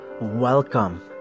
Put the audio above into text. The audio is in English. Welcome